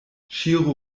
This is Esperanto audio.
ŝiru